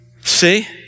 see